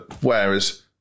Whereas